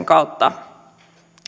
kautta